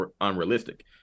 unrealistic